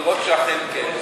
לראות שאכן כן.